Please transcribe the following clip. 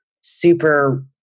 super